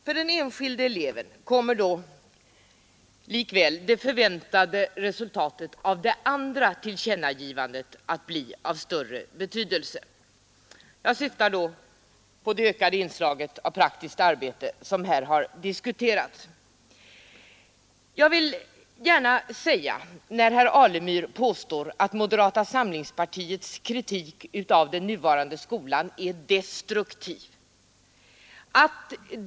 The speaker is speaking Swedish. För den enskilde eleven kommer dock det förväntade resultatet av det andra tillkännagivandet att bli av än större betydelse. Jag syftar då på det ökade inslaget av praktiskt arbete som här har diskuterats. Herr Alemyr påstår att moderata samlingspartiets kritik av den nuvarande skolan är destruktiv.